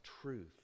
truth